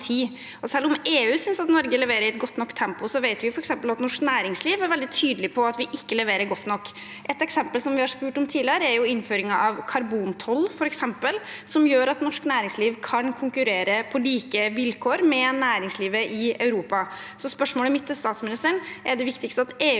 Selv om EU synes Norge leverer i et godt nok tempo, vet vi f.eks. at norsk næringsliv er veldig tydelig på at vi ikke leverer godt nok. Et eksempel vi har spurt om tidligere, gjelder f.eks. innføringen av karbontoll, som gjør at norsk næringsliv kan konkurrere på like vilkår med næringslivet i Europa. Spørsmålet mitt til statsministeren er: Er det viktigst at EU